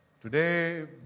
Today